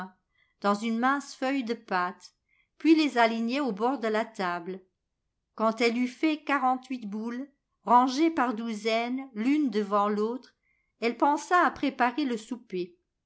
dans une mince feuille de pâte puis les alignait au bord de la table quand elle eut fait quarantehuit boules rangées par douzaines l'une devant l'autre elle pensa à préparer le souper